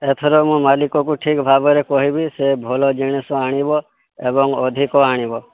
ଏଥର ମୁଁ ମାଲିକକୁ ଠିକ୍ ଭାବରେ କହିବି ସେ ଭଲ ଜିନିଷ ଆଣିବ ଏବଂ ଅଧିକ ଆଣିବ